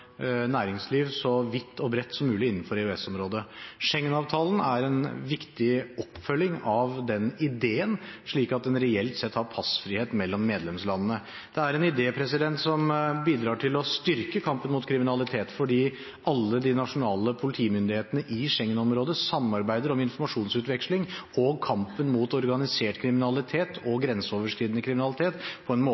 næringsliv så vidt og bredt som mulig innenfor EØS-området. Schengen-avtalen er en viktig oppfølging av den ideen, slik at en reelt sett har passfrihet mellom medlemslandene. Det er en idé som bidrar til å styrke kampen mot kriminalitet, fordi alle de nasjonale politimyndighetene i Schengen-området samarbeider om informasjonsutveksling og kampen mot organisert kriminalitet og grenseoverskridende kriminalitet på en måte